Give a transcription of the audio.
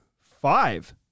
Five